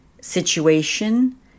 situation